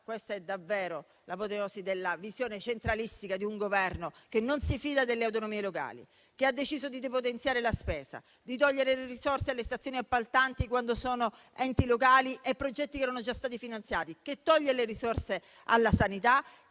Questa è davvero l'apoteosi della visione centralistica di un Governo che non si fida delle autonomie locali, che ha deciso di depotenziare la spesa, di togliere risorse alle stazioni appaltanti quando sono enti locali e progetti che erano già stati finanziati, che toglie le risorse alla sanità,